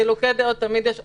חילוקי דעות תמיד יש.